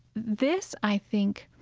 this, i think,